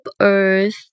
Earth